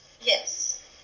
Yes